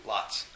Lots